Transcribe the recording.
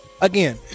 again